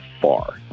far